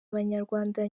abanyarwanda